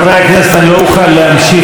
מתחייבת אני לעם שלי,